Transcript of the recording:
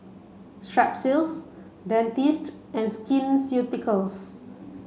Strepsils Dentiste and Skin Ceuticals